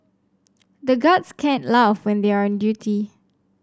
the guards can't laugh when they are on duty